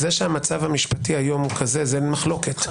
זה שהמצב המשפטי היום הוא כזה, אין מחלוקת.